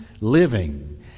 living